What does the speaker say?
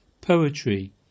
Poetry